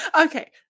Okay